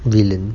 villain